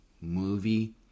movie